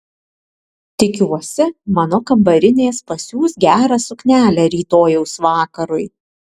tikiuosi mano kambarinės pasiūs gerą suknelę rytojaus vakarui